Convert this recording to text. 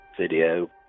video